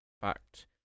fact